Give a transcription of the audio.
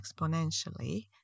exponentially